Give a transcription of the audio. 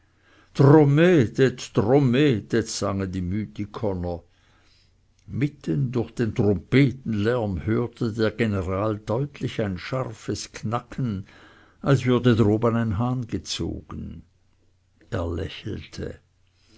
sangen die mythikoner mitten durch den trompetenlärm hörte der general deutlich ein scharfes knacken als würde droben ein hahn gezogen er lächelte